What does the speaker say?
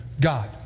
God